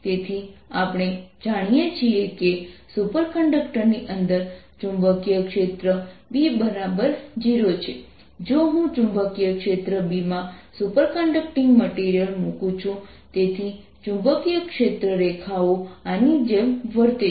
તેથી આપણે જાણીએ છીએ કે સુપરકંડક્ટરની અંદર ચુંબકીય ક્ષેત્ર B0 છે જો હું ચુંબકીય ક્ષેત્ર B માં સુપરકન્ડક્ટિંગ મટીરીયલ મૂકું છું તેથી ચુંબકીય ક્ષેત્ર રેખાઓ આની જેમ વર્તે છે